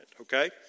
okay